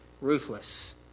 ruthless